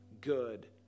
good